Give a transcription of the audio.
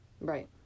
Right